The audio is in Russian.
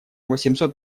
восемьсот